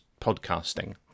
podcasting